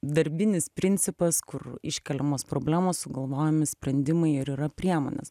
darbinis principas kur iškeliamos problemos sugalvojami sprendimai ir yra priemonės